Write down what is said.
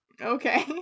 Okay